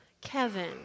Kevin